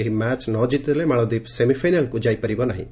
ଏହି ମ୍ୟାଚ୍ ନ କିତିଲେ ମାଳଦ୍ୱୀପ ସେମିଫାଇନାଲ୍କୁ ଯାଇପାରିବ ନାହିଁ